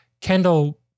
Kendall